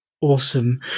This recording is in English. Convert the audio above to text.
Awesome